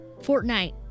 Fortnite